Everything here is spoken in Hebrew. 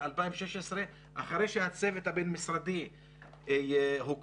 אחרי שהצוות הבין משרדי הוקם,